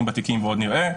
זכינו